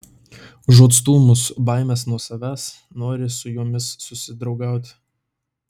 užuot stūmus baimes nuo savęs nori su jomis susidraugauti